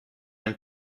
ann